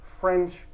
French